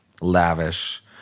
lavish